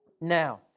now